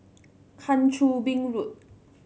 Kang Choo Bin Road